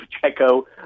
Pacheco